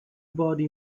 body